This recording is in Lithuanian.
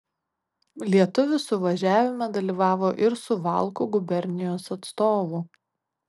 lietuvių suvažiavime dalyvavo ir suvalkų gubernijos atstovų